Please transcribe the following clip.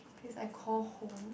place I call home